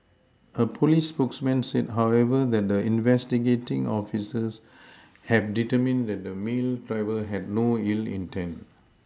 a police spokesman said however that the investigating officers have determined that the male driver had no ill intent